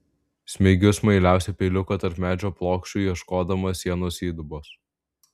smeigiu smailiausią peiliuką tarp medžio plokščių ieškodama sienos įdubos